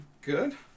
good